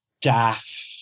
Daff